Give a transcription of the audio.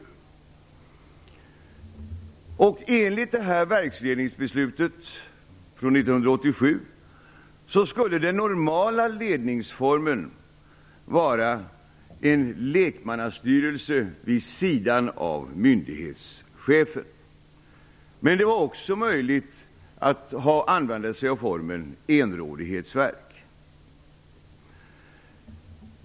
Enligt detta verksledningsbeslut skulle den normala ledningsformen vara en lekmannastyrelse vid sidan av myndighetschefen. Men det var också möjligt att använda sig av formen enrådighetsverk.